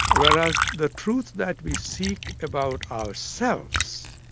whereas the truth that we seek about ourselves,